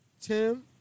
Tim